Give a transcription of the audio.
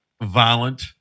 Violent